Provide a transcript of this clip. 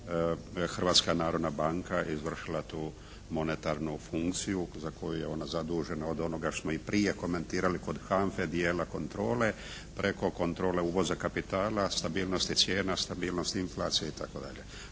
Hrvatska narodna banka izvršila tu monetarnu funkciju za koju je ona zadužena od onoga što smo i prije komentirali, kod HANFA-e dijela kontrole, preko kontrole uvoza kapitala, stabilnosti cijena, stabilnosti inflacije itd.